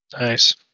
Nice